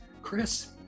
Chris